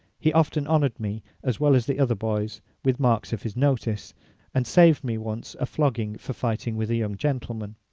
he often honoured me, as well as other boys, with marks of his notice and saved me once a flogging for fighting with a young gentleman.